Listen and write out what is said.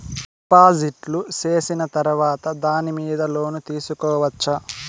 డిపాజిట్లు సేసిన తర్వాత దాని మీద లోను తీసుకోవచ్చా?